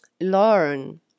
learn